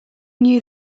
knew